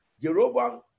Jeroboam